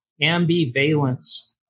Ambivalence